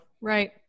right